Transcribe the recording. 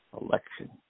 election